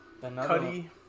Cuddy